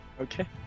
Okay